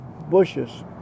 bushes